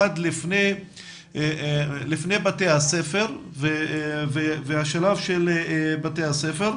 אחד לפני בתי הספר והשלב של בתי הספר.